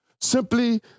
simply